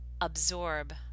absorb